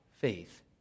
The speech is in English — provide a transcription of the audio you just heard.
Faith